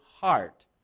heart